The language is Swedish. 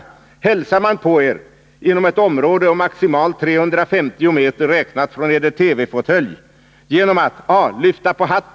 Hälsar man å Eder — inom ett område å maximalt 350 meter räknat från Eder TV-fåtölj — genom att